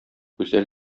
гүзәл